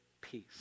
peace